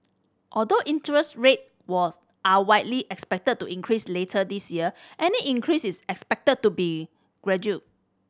although interest rate was are widely expected to increase later this year any increase is expected to be gradual